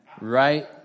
Right